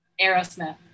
Aerosmith